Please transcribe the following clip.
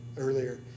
earlier